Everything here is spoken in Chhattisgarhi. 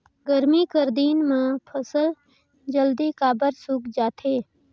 गरमी कर दिन म फसल जल्दी काबर सूख जाथे?